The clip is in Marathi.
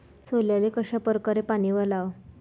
सोल्याले कशा परकारे पानी वलाव?